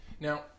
Now